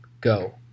go